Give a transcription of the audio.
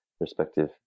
respective